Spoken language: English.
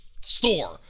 store